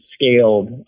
scaled